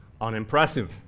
unimpressive